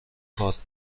کارت